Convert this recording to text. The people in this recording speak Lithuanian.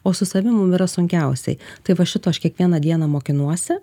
o su savim mum yra sunkiausiai tai va šito aš kiekvieną dieną mokinuosi